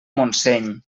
montseny